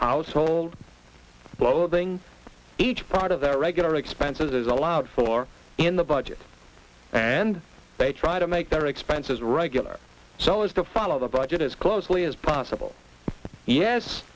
household blowing each part of their regular expenses allowed for in the budget and they try to make their expenses regular so as to follow the budget as closely as possible yes